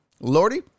Lordy